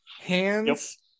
hands